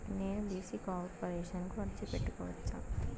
నేను B C corporation కు అర్జీ పెట్టుకోవచ్చా?